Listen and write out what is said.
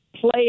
Play